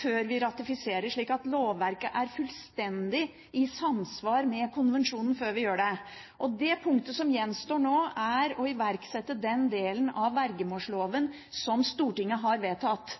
før vi ratifiserer, slik at lovverket er fullstendig i samsvar med konvensjonen før vi gjør det. Det punktet som gjenstår nå, er å iverksette den delen av vergemålsloven som Stortinget har vedtatt.